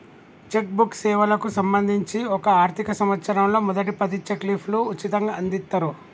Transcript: check book సేవలకు సంబంధించి ఒక ఆర్థిక సంవత్సరంలో మొదటి పది చెక్ లీఫ్లు ఉచితంగ అందిత్తరు